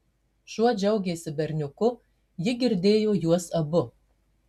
šuo džiaugėsi berniuku ji girdėjo juos abu